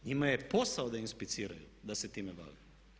Njima je posao da inspiciraju, da se time bave.